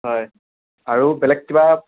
হয় আৰু বেলেগ কিবা